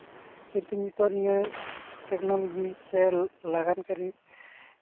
ᱠᱤᱱᱛᱩ ᱱᱤᱛᱚᱜ ᱱᱤᱭᱟᱹ ᱴᱮᱠᱱᱳᱞᱚᱡᱤ ᱥᱮ ᱞᱟᱜᱟᱱ ᱠᱟᱹᱨᱤ